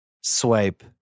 swipe